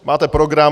Máte program.